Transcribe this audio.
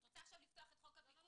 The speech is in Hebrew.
את רוצה עכשיו לפתוח את חוק הפיקוח?